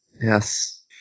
Yes